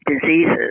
diseases